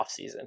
offseason